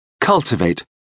Cultivate